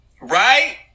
Right